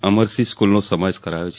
અમરશી સ્કુલનો સમાવેશ કરાયો છે